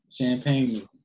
Champagne